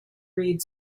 read